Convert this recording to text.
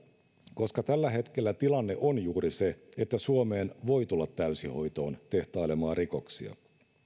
koska tällä hetkellä tilanne on juuri se että suomeen voi tulla täysihoitoon tehtailemaan rikoksia